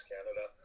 Canada